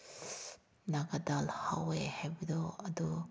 ꯅꯥꯀꯟꯗ ꯍꯧꯋꯦ ꯍꯥꯏꯕꯗꯣ ꯑꯗꯣ